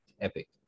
Epic